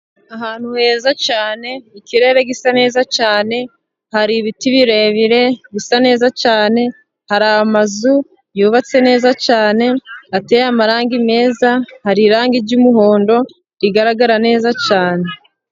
Ahantu heza cyane, ikirere gisa neza cyane, hari ibiti birebire bisa neza cyane, hari amazu yubatse neza cyane, ateye amarangi meza, hari irangi ry'umuhondo rigaragara neza cyane.